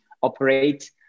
operate